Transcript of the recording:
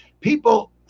People